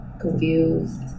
confused